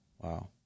Wow